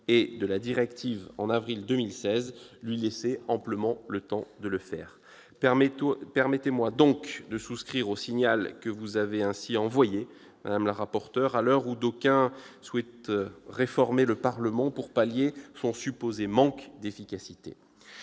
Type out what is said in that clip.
et de la directive lui laissait amplement le temps d'agir. Permettez-moi donc de souscrire au signal que vous avez envoyé, madame la rapporteur, à l'heure où d'aucuns souhaitent réformer le Parlement pour pallier son supposé manque d'efficacité.